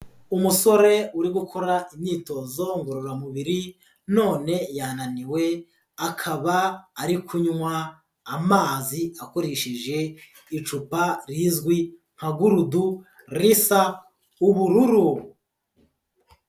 Umusore uri gukora imyitozo ngororamubiri none yananiwe, akaba ari kunywa amazi akoresheje icupa rizwi nka gurudu risa ubururu.